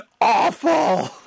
awful